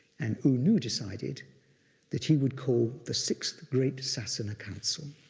and u nu decided that he would call the sixth great sasana council.